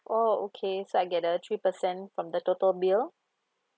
oh okay so I get a three percent from the total bill